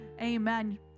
amen